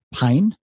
pain